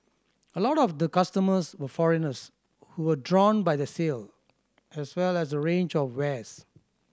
a lot of the customers were foreigners who were drawn by the sale as well as the range of wares